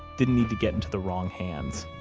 didn't need to get into the wrong hands.